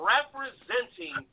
Representing